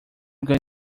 going